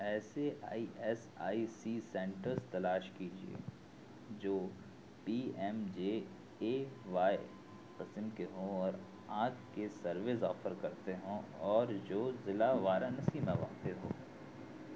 ایسے I S I C centres تلاش کیجیے جو P M J A Y قسم کے ہوں اور آنکھ کے سروس آفر کرتے ہوں اور جو ضلع وارانسی میں واقع ہو